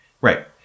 Right